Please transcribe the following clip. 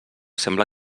sembla